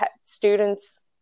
students